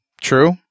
true